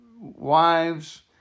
wives